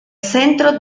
centro